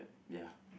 ya